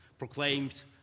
proclaimed